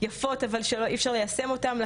יפות אבל שאי אפשר ליישם אותן,